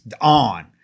on